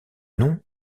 nom